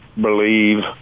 believe